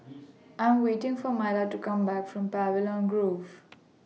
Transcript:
I Am waiting For Myla to Come Back from Pavilion Grove